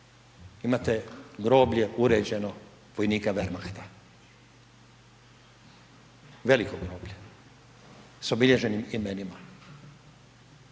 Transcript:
Imate groblje uređeno vojnika Wermachta veliko groblje sa obilježenim imenima.